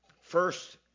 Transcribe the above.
First